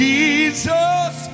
Jesus